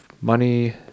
money